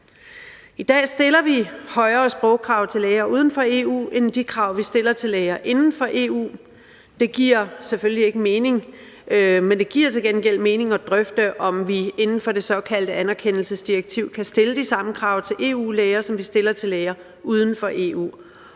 I dag stiller vi højere sprogkrav til læger, der kommer fra lande uden for EU, end til læger, der kommer fra EU. Det giver selvfølgelig ikke mening. Men det giver til gengæld mening at drøfte, om vi inden for det såkaldte anerkendelsesdirektiv kan stille de samme krav til EU-læger, som vi stiller til læger, der